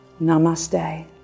Namaste